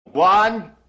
One